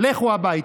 לכו הביתה.